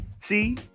see